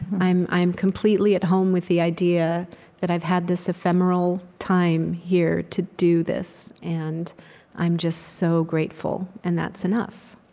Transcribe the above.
i'm i'm completely at home with the idea that i've had this ephemeral time here to do this, and i'm just so grateful. and that's enough